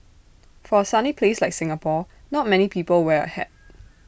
for A sunny place like Singapore not many people wear A hat